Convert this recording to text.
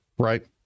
right